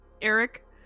Eric